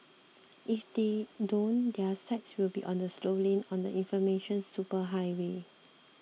if they don't their sites will be on the slow lane on the information superhighway